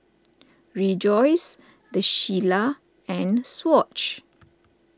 Rejoice the Shilla and Swatch